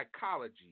psychology